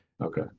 Okay